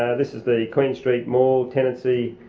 this is the queen street mall tenancy